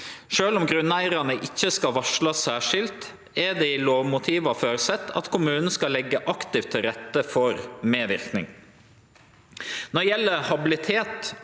Sjølv om grunneigarane ikkje skal varslast særskilt, er det i lovmotiva føresett at kommunen skal leggje aktivt til rette for medverknad. Når det gjeld habilitet,